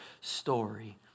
story